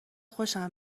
خوشم